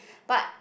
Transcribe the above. but